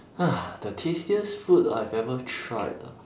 the tastiest food I have ever tried ah